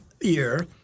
year